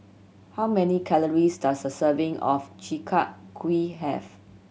how many calories does a serving of Chi Kak Kuih have